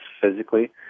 physically